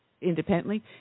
independently